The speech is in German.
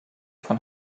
von